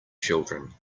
children